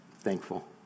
Thankful